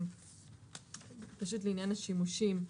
פשוט לעניין השימושים,